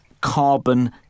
carbon